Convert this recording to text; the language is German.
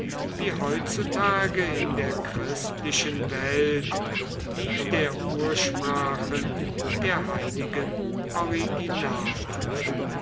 wie heutzutage in der christlichen welt die der ursprachen der heiligen originale